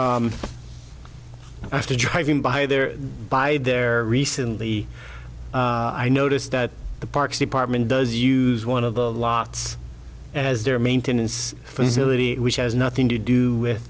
after driving by there by their recently i noticed that the parks department does use one of the lots as their maintenance facility which has nothing to do with